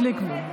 הכנסת,